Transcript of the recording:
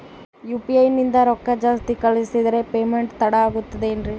UPI ನಿಂದ ರೊಕ್ಕ ಜಾಸ್ತಿ ಕಳಿಸಿದರೆ ಪೇಮೆಂಟ್ ತಡ ಆಗುತ್ತದೆ ಎನ್ರಿ?